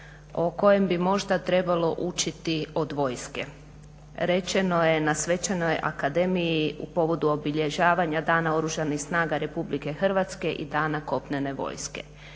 o kojem bi možda trebalo učiti od vojske. Rečeno je na svečanoj akademiji u povodu obilježavanja Dana Oružanih snaga Republike Hrvatske i Dana kopnene vojske.